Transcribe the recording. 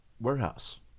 Warehouse